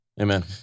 Amen